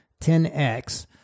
10X